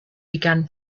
began